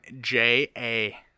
J-A